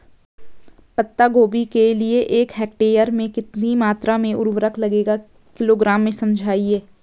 पत्ता गोभी के लिए एक हेक्टेयर में कितनी मात्रा में उर्वरक लगेगा किलोग्राम में समझाइए?